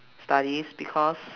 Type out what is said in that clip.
studies because